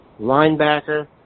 linebacker